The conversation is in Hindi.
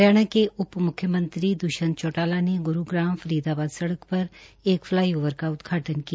हरियाणा के उप म्ख्यमंत्री द्ष्यंत चौटाला ने ग्रूग्राम फरीदाबाद सड़क पर एक फलाईओवर का उदघाटन किया